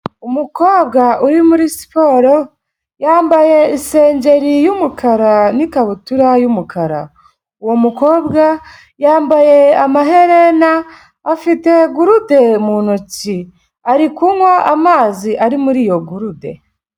Umukobwa uri muri siporo yambaye isengeri y'umukara n'ikabutura y'umukara, uwo mukobwa yambaye amaherena afite gurude mu ntoki ari kunywa amazi ari muri iyo gurude.